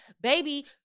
baby